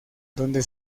donde